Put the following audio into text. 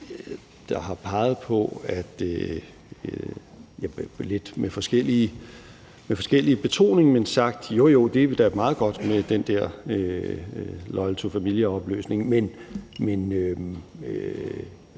der er også flere, der med lidt forskellig betoning har sagt: Jo, jo, det er da meget godt med den der Loyal to Familia-opløsning, men